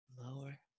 lower